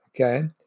okay